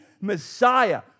Messiah